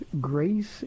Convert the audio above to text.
grace